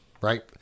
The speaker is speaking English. right